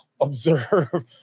observe